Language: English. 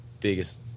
biggest